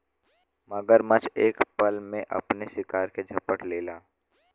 मगरमच्छ एक पल में अपने शिकार के झपट लेला